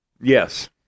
Yes